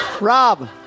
Rob